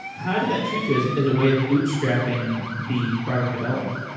how did that treat you as as a way of bootstrapping the product development?